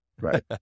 right